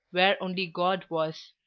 where only god was.